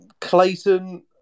Clayton